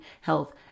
health